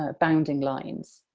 ah bounding lines.